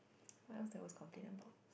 what else did I always complain about